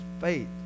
faith